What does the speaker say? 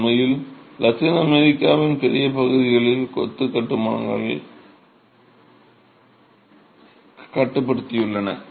உண்மையில் லத்தீன் அமெரிக்காவின் பெரிய பகுதிகள் கொத்து கட்டுமானங்களைக் கட்டுப்படுத்தியுள்ளன